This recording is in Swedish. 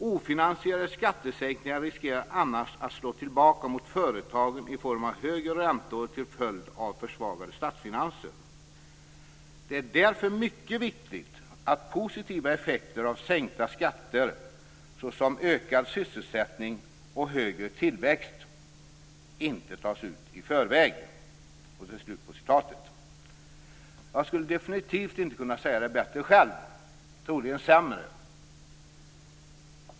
Ofinansierade skattesänkningar riskerar annars att slå tillbaka mot företagen i form av högre räntor till följd av försvagade statsfinanser. Det är därför mycket viktigt att positiva effekter av sänkta skatter, såsom ökad sysselsättning och högre tillväxt, inte tas ut i förväg." Jag skulle definitivt inte kunna säga det bättre själv - troligen sämre.